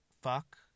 fuck